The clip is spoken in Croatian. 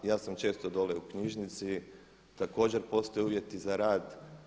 Ja sam često dole u knjižnici, također postoje uvjeti za rad.